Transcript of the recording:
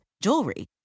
jewelry